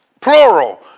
plural